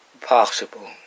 possible